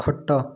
ଖଟ